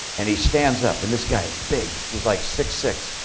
and he stands up. and this guy is big. he's like six six.